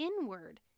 inward